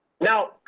Now